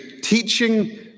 teaching